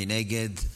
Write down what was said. מי נגד?